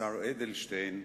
השר אדלשטיין,